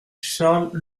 charles